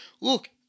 Look